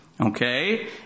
Okay